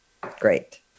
Great